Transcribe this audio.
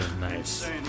nice